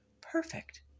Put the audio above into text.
perfect